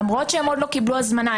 למרות שהם עוד לא קיבלו הזמנה,